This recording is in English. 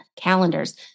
calendars